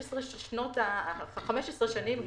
15 שנים,